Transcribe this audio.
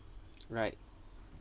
right